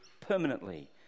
permanently